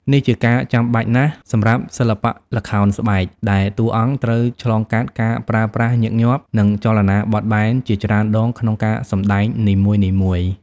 នេះជាការចាំបាច់ណាស់សម្រាប់សិល្បៈល្ខោនស្បែក ដែលតួអង្គត្រូវឆ្លងកាត់ការប្រើប្រាស់ញឹកញាប់ និងចលនាបត់បែនជាច្រើនដងក្នុងការសម្ដែងនីមួយៗ។